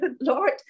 Lord